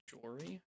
Jory